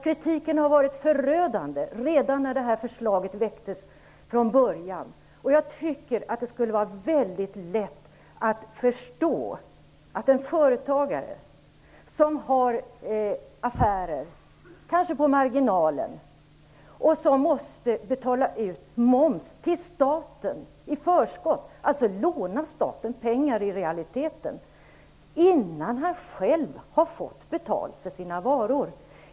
Kritiken var nämligen förödande redan från början, när detta förslag väcktes. Jag tycker att det borde vara väldigt lätt att förstå hur svårt det är för en företagare som gör affärer, kanske med små marginaler, att betala moms till staten i förskott - i realiteten att låna staten pengar - innan han eller hon själv har fått betalt för sina varor.